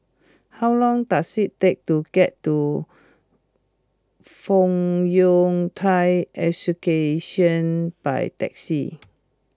how long does it take to get to Fong Yun Thai by taxi